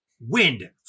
wind